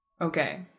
Okay